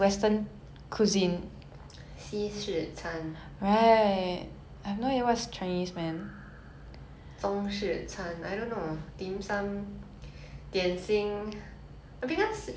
中式餐 I don't know dimsum 点心 chinese or asian cuisine is very broad so I think if you go straight to the type of food it'll be easier